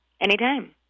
Anytime